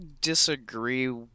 disagree